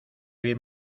bien